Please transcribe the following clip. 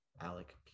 Alec